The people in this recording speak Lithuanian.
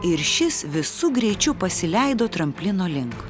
ir šis visu greičiu pasileido tramplino link